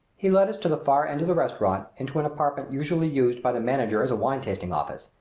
he led us to the far end of the restaurant, into an apartment usually used by the manager as a wine-tasting office,